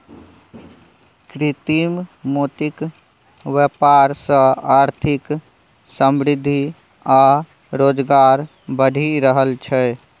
कृत्रिम मोतीक बेपार सँ आर्थिक समृद्धि आ रोजगार बढ़ि रहल छै